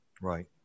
Right